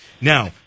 Now